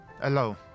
Hello